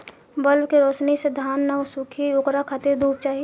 bulb के रौशनी से धान न सुखी ओकरा खातिर धूप चाही